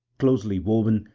closely-woven,